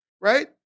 right